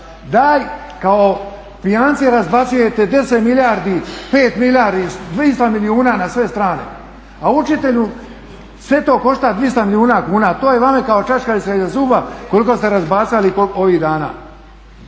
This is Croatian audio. Kao pijanci razbacujete 10 milijardi, 5 milijardi i 200 milijuna na sve strane. A učitelju sve to košta 200 milijuna kuna. To je vama kao čačkalica iza zuba koliko ste razbacali ovih dana.